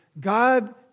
God